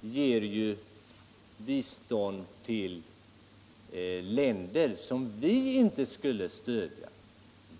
ger ju bistånd till länder som vi inte skulle stödja.